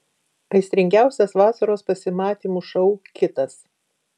aistringiausias vasaros pasimatymų šou kitas